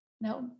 No